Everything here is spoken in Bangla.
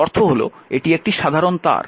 এর অর্থ হল এটি একটি সাধারণ তার